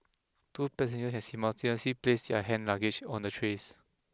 two passengers can simultaneously place their hand luggage on the trays